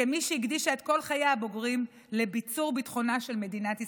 כמי שהקדישה את כל חייה הבוגרים לביצור ביטחונה של מדינת ישראל,